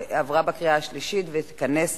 עברה בקריאה השלישית, ותיכנס